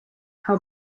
how